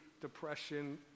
depression